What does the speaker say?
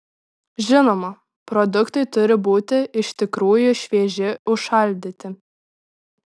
žinoma produktai turi būti iš tikrųjų švieži užšaldyti